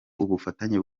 ubufatanye